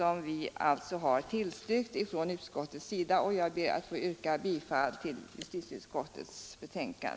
Vi har alltså tillstyrkt det ifrån utskottets sida, och jag ber att få yrka bifall till justitieutskottets hemställan.